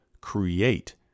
create